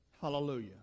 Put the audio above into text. hallelujah